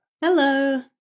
Hello